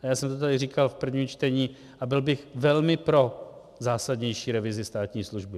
A já jsem to tady říkal v prvním čtení a byl bych velmi pro zásadnější revizi státní služby.